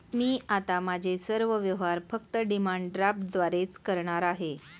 मी आता माझे सर्व व्यवहार फक्त डिमांड ड्राफ्टद्वारेच करणार आहे